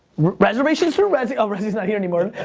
reservations through resy, oh resy's not here anymore.